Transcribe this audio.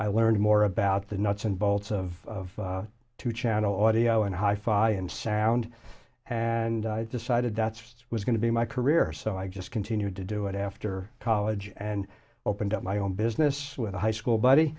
i learned more about the nuts and bolts of two channel audio and hi fi and sound and decided that's it was going to be my career so i just continued to do it after college and opened up my own business with a high school buddy